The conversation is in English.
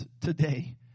today